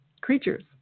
creatures